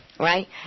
Right